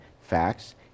facts